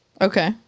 Okay